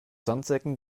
sandsäcken